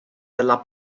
della